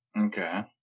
Okay